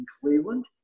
Cleveland